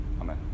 amen